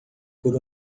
por